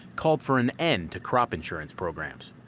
called for an end to crop insurance programs.